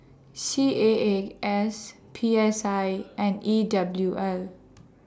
C A A S P S I and E W L